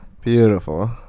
beautiful